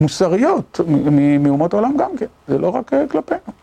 מוסריות, מאומות העולם גם כן, זה לא רק כלפינו.